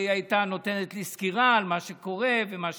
והיא הייתה נותנת לי סקירה על מה שקורה ומה שיקרה.